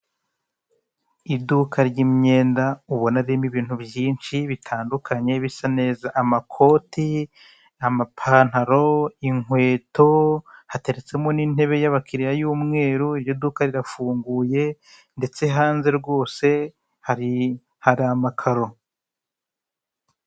Iduka ry'imyenda ubona ririmo ibintu byinshi bitadukanye, besa neza. Amakoti, amapantaro, inkweto, hateretsemo n'intebe y'abakiriya y'umweru, iryo duka rirafunguye, ndetse hanze rwose hari amakaro.